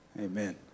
Amen